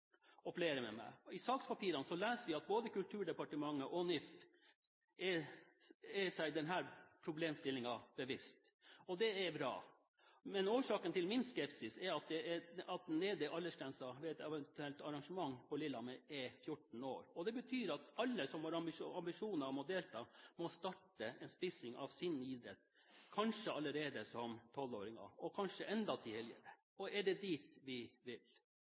og flere med meg. I sakspapirene leser vi at både Kulturdepartementet og NIF er seg denne problemstillingen bevisst. Det er bra. Men årsaken til min skepsis er at den nedre aldersgrensen ved et eventuelt arrangement på Lillehammer er 14 år. Det betyr at alle som har ambisjoner om å delta, må starte en spissing av sin idrett allerede som tolvåringer, kanskje enda tidligere. Er det dit vi vil? Derfor er det